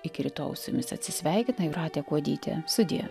iki rytojaus su jumis atsisveikina jūratė kuodytė sudie